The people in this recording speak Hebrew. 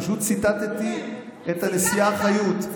פשוט ציטטתי את הנשיאה חיות -- כן.